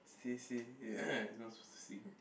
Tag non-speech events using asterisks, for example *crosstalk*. see see *coughs* you're not supposed to see